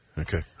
Okay